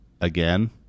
again